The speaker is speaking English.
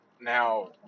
Now